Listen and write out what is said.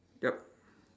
yup